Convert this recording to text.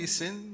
sin